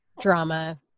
drama